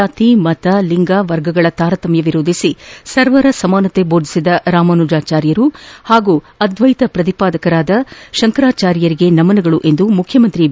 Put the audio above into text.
ಜಾತಿ ಮತ ಲಿಂಗ ವರ್ಗಗಳ ತಾರತಮ್ಯ ವಿರೋಧಿಸಿ ಸರ್ವರ ಸಮಾನತೆ ದೋಧಿಸಿದ ರಾಮಾನುಜಾಚಾರ್ಯರು ಹಾಗೂ ಶಂಕರಾಚಾರ್ಯರಿಗೆ ನಮನಗಳು ಎಂದು ಮುಖ್ಯಮಂತ್ರಿ ಬಿ